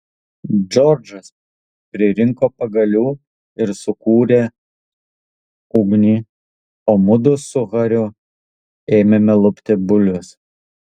džordžas pririnko pagalių ir sukūrė ugnį o mudu su hariu ėmėme lupti bulves